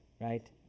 right